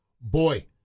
Boy